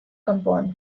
kanpoan